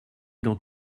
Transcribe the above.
dans